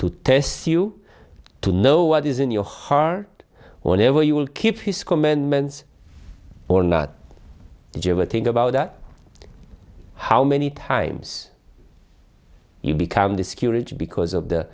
to test you to know what is in your heart whenever you will keep his commandments or not did you ever think about that how many times you become to security because of